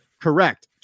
Correct